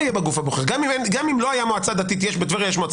גם אם לא הייתה מועצה דתית בטבריה,